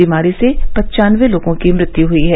बीमारी से पन्चानबे लोगों की मृत्यु हुई है